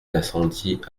d’incendie